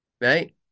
right